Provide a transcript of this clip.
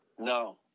No